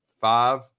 five